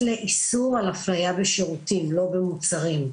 על הליך הייבוא ועל אופן כניסה של מוצרים לשוק.